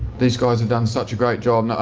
these guys have done such a great job.